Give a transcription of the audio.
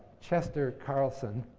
chester carlson,